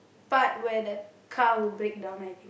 part where that car will break down I think